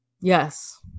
Yes